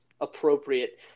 appropriate